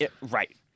Right